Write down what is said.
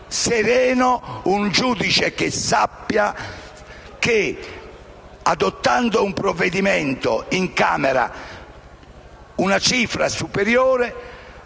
sereno un giudice che sappia che, adottando un provvedimento, incamererà una cifra superiore